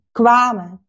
kwamen